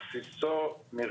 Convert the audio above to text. משערי צדק נמצא אתנו פרופ' ניר